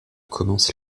commence